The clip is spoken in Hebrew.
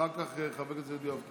אחר כך, חבר הכנסת יואב קיש,